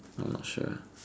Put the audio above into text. I'm not sure